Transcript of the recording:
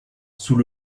sous